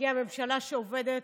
מגיעה ממשלה שעובדת.